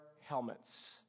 helmets